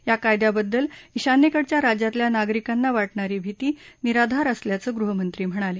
या कायद्याबद्दल ईशान्येकडच्या राज्यातल्या नागरिकांना वाटणारी भीती निराधार असल्याचं गृहमंत्री म्हणाले